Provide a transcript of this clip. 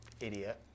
idiot